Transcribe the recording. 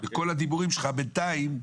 כל הדיבורים שלך בנתיים.